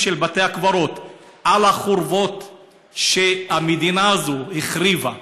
של בתי הקברות על החורבות שהמדינה הזאת החריבה,